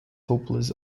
hopeless